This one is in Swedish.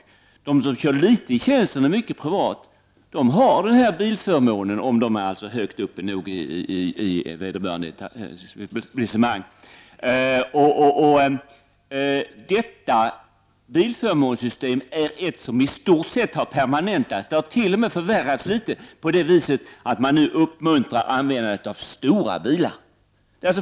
Även de som kör litet i tjänsten och mycket privat har bilförmåner om de är tillräckligt högt uppe i vederbörande etablissemang. Detta bilförmånssystem har i stort sett permanentats. Det har t.o.m. förvärrats litet på så sätt att man nu uppmuntrar användande av stora bilar.